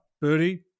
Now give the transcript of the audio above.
birdie